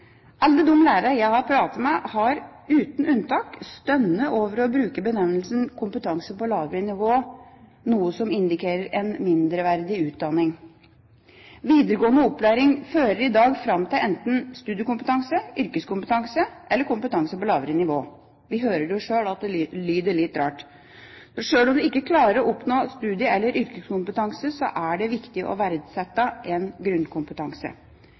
Alle de lærerne jeg har pratet med, har uten unntak stønnet over å bruke benevnelsen «kompetanse på lavere nivå», som indikerer en mindreverdig utdanning. Videregående opplæring fører i dag fram til enten studiekompetanse, yrkeskompetanse eller kompetanse på lavere nivå – vi hører det jo sjøl at det lyder litt rart. Sjøl om du ikke klarer å oppnå studie- eller yrkeskompetanse, er det viktig å verdsette en grunnkompetanse.